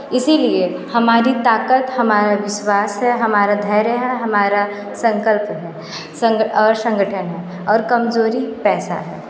इसी लिए हमारी ताक़त हमारा विश्वास है हमारा धैर्य है हमारा संकल्प है संग और संगठन है और कमज़ोरी पैसा है